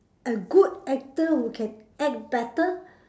a good actor who can act better